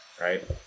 right